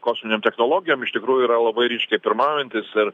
kosminėm technologijom iš tikrųjų yra labai ryškiai pirmaujantys ir